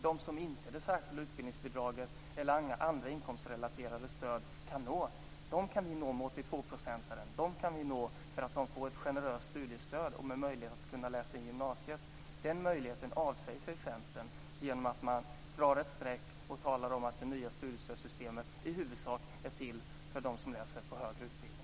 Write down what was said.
De som inte kan nås av det särskilda utbildningsbidraget eller andra inkomstrelaterade stöd - dem kan vi nå med 82-procentaren. Vi kan nå dem, så att de får ett generöst studiestöd med möjlighet att läsa in gymnasiet. Den möjligheten avsäger sig Centern genom att dra ett streck och tala om att det nya studiestödssystemet i huvudsak är till för dem som läser på högre utbildning.